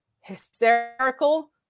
hysterical